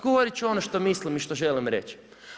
Govoriti ću ono što mislim i što želim reći.